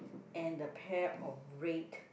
and the pair of red